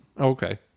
Okay